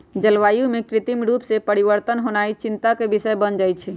जलवायु में कृत्रिम रूप से परिवर्तन होनाइ चिंता के विषय बन जाइ छइ